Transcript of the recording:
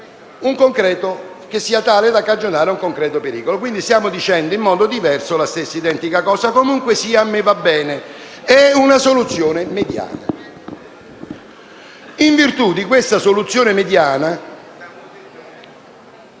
a condizione che sia tale da cagionare un concreto pericolo. Stiamo dunque dicendo, in modo diverso, la stessa identica cosa. Comunque sia, a me va bene: diciamo che è una soluzione mediana. In virtù di questa soluzione mediana,